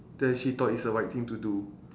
then she thought it's the right thing to do